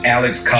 Alex